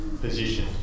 position